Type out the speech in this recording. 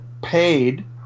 Paid